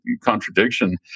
contradiction